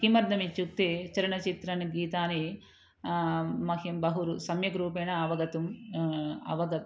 किमर्थमित्युक्ते चलनचित्रगीतानि मह्यं बहु रु सम्यक् रूपेण अवगतम् अवग